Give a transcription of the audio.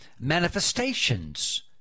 manifestations